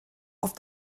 auf